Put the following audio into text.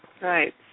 Right